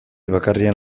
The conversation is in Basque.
bakarrean